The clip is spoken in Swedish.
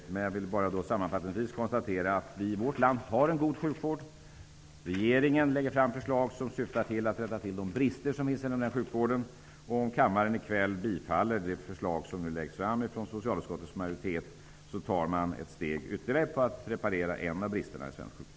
Sammanfattningsvis vill jag bara konstatera att vi i vårt land har en god sjukvård. Regeringen lägger fram förslag som syftar till att rätta till de brister som ändå finns inom sjukvården. Om kammaren i kväll bifaller det förslag som nu läggs fram ifrån socialutskottets majoritet, kommer vi att ta ytterligare ett steg för att reparera en av bristerna i svensk sjukvård.